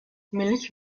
milch